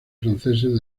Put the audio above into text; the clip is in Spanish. franceses